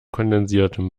kondensiertem